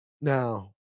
Now